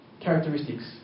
characteristics